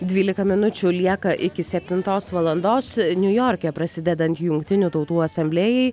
dvylika minučių lieka iki septintos valandos niujorke prasidedant jungtinių tautų asamblėjai